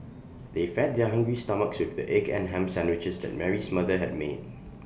they fed their hungry stomachs with the egg and Ham Sandwiches that Mary's mother had made